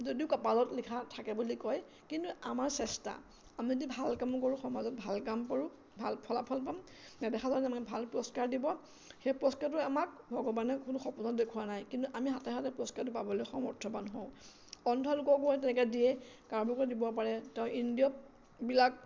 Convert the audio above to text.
যদিও কপালত লিখা থাকে বুলি কয় কিন্তু আমাৰ চেষ্টা আমি যদি ভাল কামো কৰোঁ সমাজত ভাল কাম কৰোঁ ভাল ফলাফল পাম নেদেখা যদি আমি ভাল পুৰস্কাৰ দিব সেই পুৰস্কাৰটো আমাক ভগৱানে কোনো সপোনত দেখুৱা নাই কিন্তু আমি হাতে হাতে পুৰস্কাৰটো পাবলৈ সমৰ্থবান হওঁ অন্ধ লোককো তেনেকে দিয়ে কাৰোবাকো দিব পাৰে তেওঁ ইন্দ্ৰিয়বিলাক